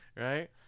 Right